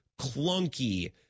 clunky